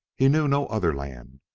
he knew no other land.